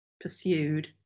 pursued